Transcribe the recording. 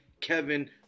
Kevin